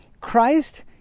Christ